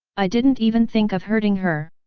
i didn't even think of hurting her.